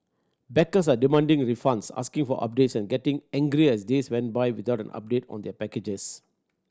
backers are demanding refunds asking for updates and getting angrier as days went by without an update on their packages